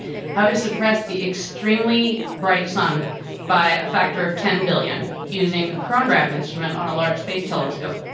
how to suppress the extremely bright sun by a factor of ten billion using a chronograph instrument on a large space telescope.